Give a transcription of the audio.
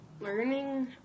learning